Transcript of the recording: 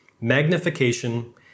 magnification